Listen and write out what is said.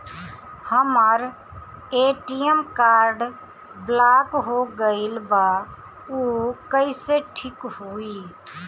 हमर ATM card block हो गईल बा ऊ कईसे ठिक होई?